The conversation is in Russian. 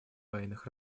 военных